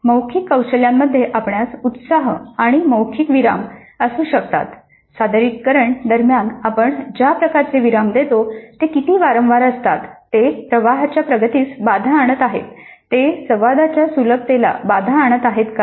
मौखिक कौशल्यांमध्ये आपणास उत्साह आणि मौखिक विराम असू शकतात सादरीकरण दरम्यान आपण ज्या प्रकारचे विराम देतो ते किती वारंवार असतात ते प्रवाहाच्या प्रगतीस बाधा आणत आहेत ते संवादाच्या सुलभतेला बाधा आणत आहेत काय